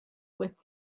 with